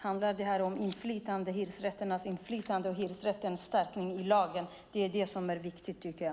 Handlar det om hyresgästernas inflytande och hyresrättens stärkande i lagen? Det är det som är viktigt, tycker jag.